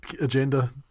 agenda